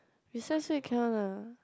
besides weekend one lah